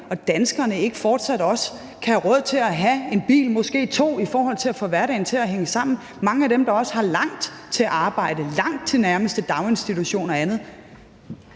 og danskerne ikke fortsat også kan have råd til at have en bil, måske to, for at få hverdagen til at hænge sammen. Mange af dem har også langt til arbejde, langt til nærmeste daginstitution og andet.